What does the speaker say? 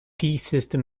system